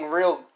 real